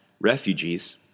refugees